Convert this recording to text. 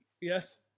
Yes